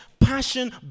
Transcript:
passion